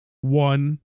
one